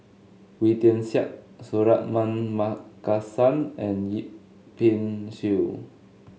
Wee Tian Siak Suratman Markasan and Yip Pin Xiu